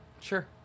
sure